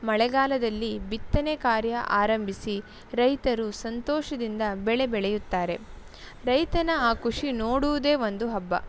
ಮಳೆಗಾಲದಲ್ಲಿ ಬಿತ್ತನೆ ಕಾರ್ಯ ಆರಂಭಿಸಿ ರೈತರು ಸಂತೋಷದಿಂದ ಬೆಳೆ ಬೆಳೆಯುತ್ತಾರೆ ರೈತನ ಆ ಖುಷಿ ನೋಡುವುದೇ ಒಂದು ಹಬ್ಬ